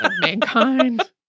mankind